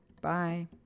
Bye